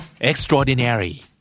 Extraordinary